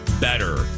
better